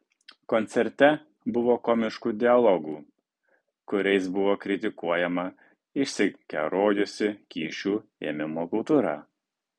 koncerte buvo komiškų dialogų kuriais buvo kritikuojama išsikerojusi kyšių ėmimo kultūra